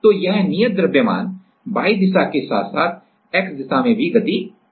तो यह नियत द्रव्यमान proof mass proof mass Y दिशा के साथ साथ X दिशा में भी गति कर सकता है